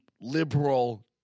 liberal